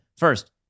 First